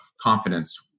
confidence